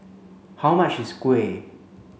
how much is Kuih